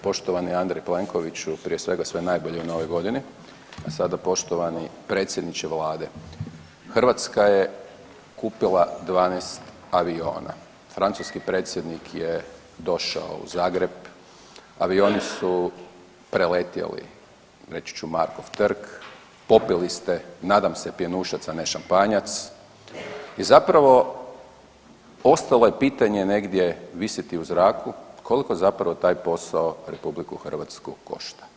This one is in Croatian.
Poštovani Andrej Plenkoviću prije svega sve najbolje u Novoj godini, a sada poštovani predsjedniče vlade Hrvatska je kupila 12 aviona, francuski predsjednik je došao u Zagreb, avioni su preletjeli reći ću Markov trg, popili ste nadam se pjenušac, a ne šampanjac i zapravo ostalo je pitanje negdje visiti u zraku koliko zapravo taj posao RH košta.